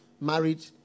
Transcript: married